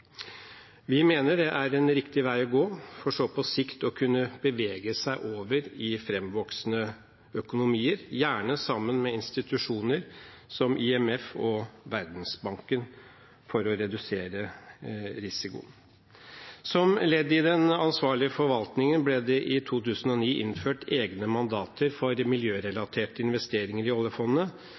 Vi mener det er en riktig vei å gå, for så på sikt å kunne bevege seg over i framvoksende økonomier, gjerne sammen med institusjoner som IMF og Verdensbanken for å redusere risikoen. Som ledd i den ansvarlige forvaltningen ble det i 2009 innført egne mandater for miljørelaterte investeringer i oljefondet